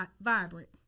Vibrant